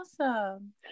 awesome